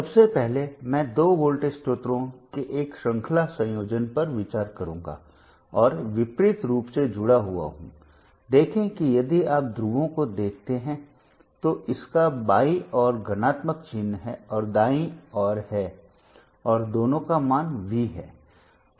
सबसे पहले मैं दो वोल्टेज स्रोतों के एक श्रृंखला संयोजन पर विचार करूंगा और विपरीत रूप से जुड़ा हुआ हूं देखें कि यदि आप ध्रुवों को देखते हैं तो इसका बाईं ओर धनात्मक चिह्न है यह दाईं ओर है और दोनों का मान V है